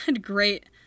great